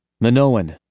Minoan